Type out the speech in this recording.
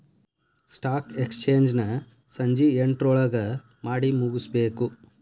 stock exchange ನ ಸಂಜಿ ಎಂಟ್ರೊಳಗಮಾಡಿಮುಗ್ಸ್ಬೇಕು